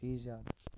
چھِ یہِ زیادٕ